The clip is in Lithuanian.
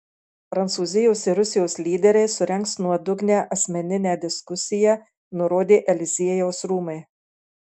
prancūzijos ir rusijos lyderiai surengs nuodugnią asmeninę diskusiją nurodė eliziejaus rūmai